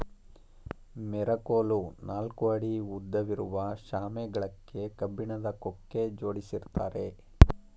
ಮೆರಕೋಲು ನಾಲ್ಕು ಅಡಿ ಉದ್ದವಿರುವ ಶಾಮೆ ಗಳಕ್ಕೆ ಕಬ್ಬಿಣದ ಕೊಕ್ಕೆ ಜೋಡಿಸಿರ್ತ್ತಾರೆ